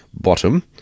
bottom